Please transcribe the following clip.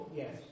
yes